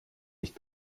nicht